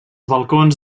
balcons